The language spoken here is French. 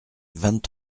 vingt